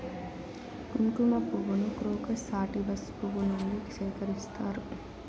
కుంకుమ పువ్వును crocus sativus పువ్వు నుండి సేకరిస్తారు